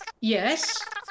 Yes